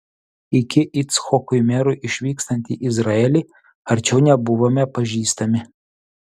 iki icchokui merui išvykstant į izraelį arčiau nebuvome pažįstami